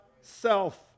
self